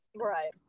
right